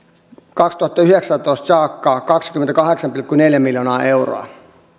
kaksituhattayhdeksäntoista saakka kaksikymmentäkahdeksan pilkku neljä miljoonaa euroa